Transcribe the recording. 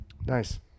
nice